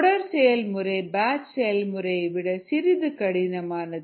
தொடர் செயல்முறை பேட்ச் செயல்முறையை விட சிறிது கடினமானது